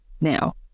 now